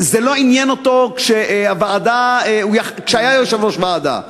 זה לא עניין אותו כשהיה יושב-ראש ועדה,